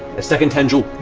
a second tendril